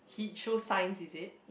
he show signs is it